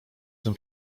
tym